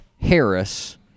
Harris